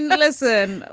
and listen,